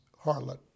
harlot